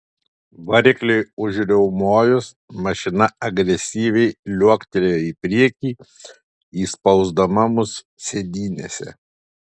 varikliui užriaumojus mašina agresyviai liuoktelėjo į priekį įspausdama mus sėdynėse